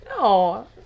No